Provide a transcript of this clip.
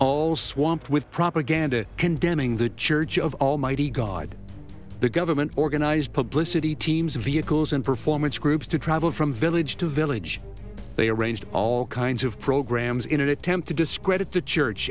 all swamped with propaganda condemning the church of almighty god the government organized publicity teams vehicles and performance groups to travel from village to village they arranged all kinds of programs in an attempt to discredit the church